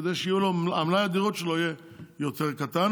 כדי שמלאי הדירות שלו יהיה יותר קטן,